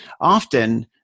Often